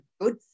good